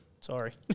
Sorry